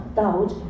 doubt